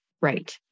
right